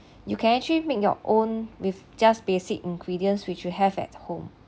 you can actually make your own with just basic ingredients which you have at home